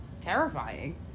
terrifying